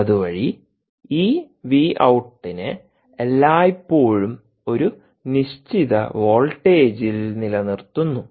അതുവഴി ഈ വി ഔട്ടിനെ എല്ലായ്പ്പോഴും ഒരു നിശ്ചിത വോൾട്ടേജിൽ നിലനിർത്തുന്നു